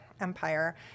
empire